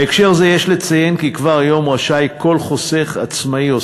בהקשר זה יש לציין כי כבר היום רשאי כל חוסך עצמאי או